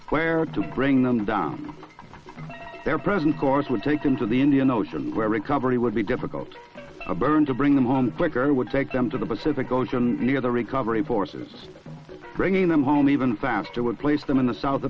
where to bring them down their present course would take them to the indian ocean where recovery would be difficult burn to bring them home quicker would take them to the pacific ocean near the recovery forces bringing them home even faster would place them in the south